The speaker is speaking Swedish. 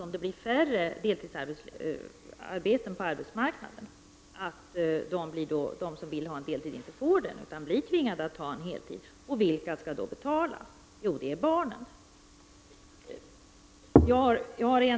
Om det blir färre deltidsarbeten på arbetsmarknaden är risken att de som vill ha en deltid inte får det, utan blir tvingade att ta en heltid. Vem får då betala? Jo, det är barnen.